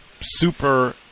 super